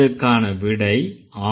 இதற்கான விடை ஆம்